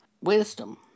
wisdom